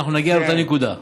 אנחנו נגיע לאותה נקודה.